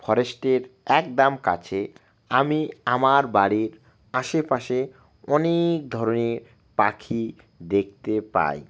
ফরেস্টের একদম কাছে আমি আমার বাড়ির আশেপাশে অনেক ধরনের পাখি দেখতে পাই